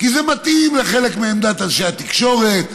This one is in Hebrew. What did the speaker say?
כי זה מתאים לחלק מעמדת אנשי התקשורת,